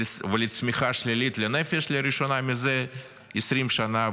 ולצמיחה שלילית לנפש לראשונה זה 20 שנה,